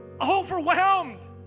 overwhelmed